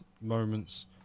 moments